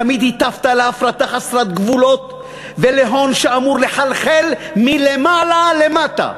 תמיד הטפת להפרטה חסרת גבולות ולהון שאמור לחלחל מלמעלה למטה.